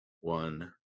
one